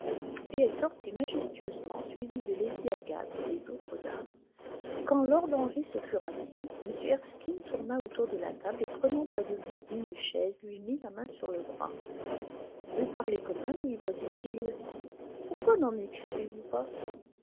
et elle sortit majestueusement suivie de lady agathe et des autres dames quand lord henry se fut rassis m erskine tourna autour de la table et prenant près de lui une chaise lui mit la main sur le bras vous parlez comme un livre dit-il pourquoi n'en écrivez vous pas